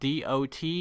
dot